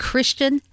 Christian